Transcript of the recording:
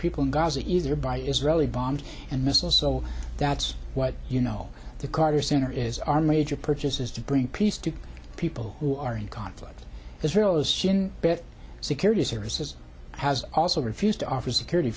people in gaza either by israeli bombs and missiles so that's why you know the carter center is our major purchases to bring peace to people who are in conflict israel is shin bet security services has also refused to offer security